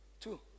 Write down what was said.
Two